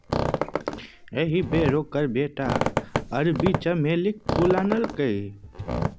एहि बेर ओकर बेटा अरबी चमेलीक फूल आनलकै